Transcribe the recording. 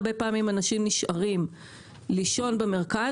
הרבה פעמים אנשים שגרים בפריפריה נשארים לישון במרכז,